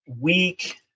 weak